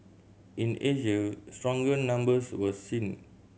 in Asia stronger numbers were seen